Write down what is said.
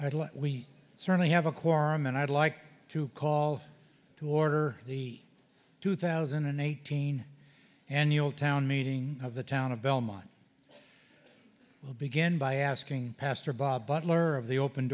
do we certainly have a quorum and i'd like to call to order the two thousand and eighteen annual town meeting of the town of belmont will begin by asking pastor bob butler of the open